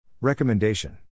recommendation